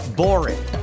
boring